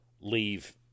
leave